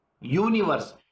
universe